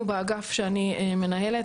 אנחנו באגף שאני מנהלת,